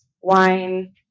Wine